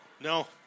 No